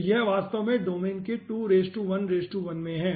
तो यह वास्तव में डोमेन के 2 1 1 में है